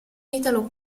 italo